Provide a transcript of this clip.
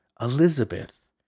Elizabeth